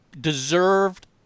deserved